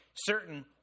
certain